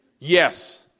Yes